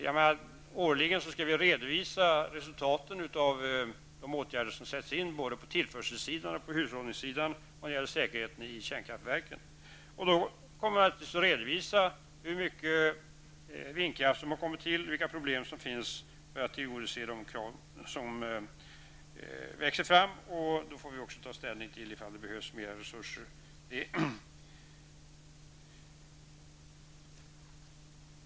Vi skall årligen redovisa resultaten av de åtgärder som sätts in både på tillförselsidan och på hushållningssidan vad gäller säkerheten i kärnkraftverken. Då kommer vi naturligtvis att redovisa hur mycket vindkraft som har kommit till och vilka problem som finns för att tillgodose de krav som har kommit fram. Då får vi ta ställning till om det behövs mer resurser.